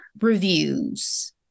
Reviews